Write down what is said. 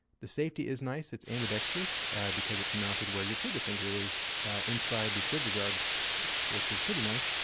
the safety is nice. it's ambidextrous because it's mounted where your trigger finger is inside the trigger guard which is pretty nice.